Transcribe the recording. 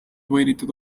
mainitud